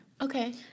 okay